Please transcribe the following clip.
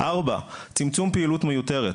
ארבע, צמצום פעילות מיותרת.